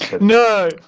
No